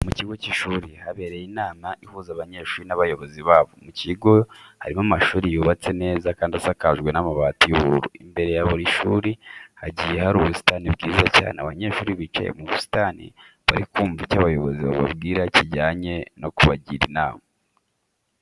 Mu kigo cy'ishuri habereye inama ihuza abanyeshuri n'abayobozi babo. Mu kigo harimo amashuri yubatse neza kandi asakajwe n'amabati y'ubururu, imbere ya buri shuri hagiye hari ubusitani bwiza cyane. Abanyeshuri bicaye mu busitani bari kumva icyo abayobozi bababwira kijyanye no kubagira inama.